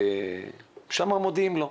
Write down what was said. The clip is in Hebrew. ושם מודיעים לו.